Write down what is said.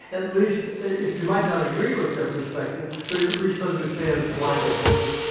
at least if you might not agree with their perspective, but at least understand why they hold it.